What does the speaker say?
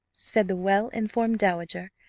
said the well-informed dowager,